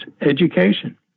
education